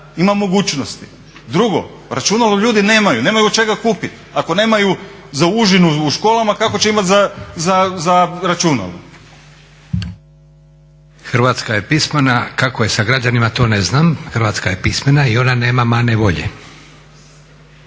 Hrvatska je pismena i ona nema mane volje.